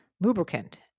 lubricant